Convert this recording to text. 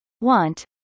want